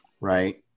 Right